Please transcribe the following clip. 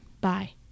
Bye